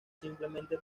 simplemente